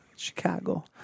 Chicago